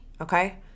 okay